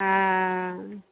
हँ